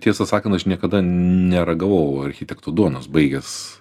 tiesą sakant aš niekada neragavau architekto duonos baigęs